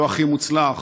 לא הכי מוצלח,